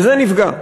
וזה נפגע,